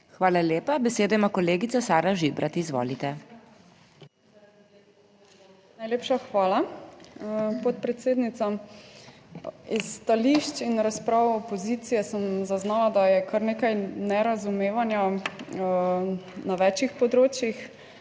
Hvala lepa. Besedo ima kolegica Sara Žibrat, izvolite. SARA ŽIBRAT (PS Svoboda): Najlepša hvala, podpredsednica. Iz stališč in razprav opozicije sem zaznala, da je kar nekaj nerazumevanja na več področjih.